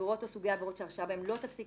עבירות או סוגי עבירות שההרשעה בהם לא תפסיק